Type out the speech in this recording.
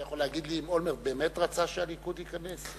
האם אתה יכול להגיד לי אם אולמרט באמת רצה שהליכוד ייכנס?